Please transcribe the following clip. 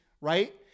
right